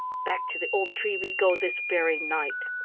back to the old tree we go this very night.